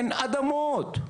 אין אדמות.